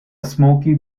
smoky